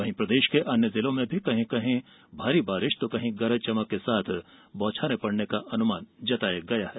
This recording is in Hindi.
वहीं प्रदेश के अन्य जिलों में भी कहीं कहीं भारी बारिश तो कहीं गरज चमक के साथ बौछारें पड़ने का अनुमान जताया है